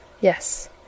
yes